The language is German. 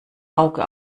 auge